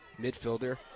Midfielder